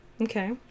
okay